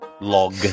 log